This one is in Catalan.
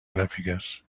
gràfiques